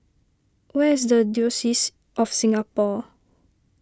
where is the Diocese of Singapore